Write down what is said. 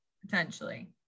potentially